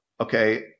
okay